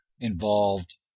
involved